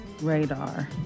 Radar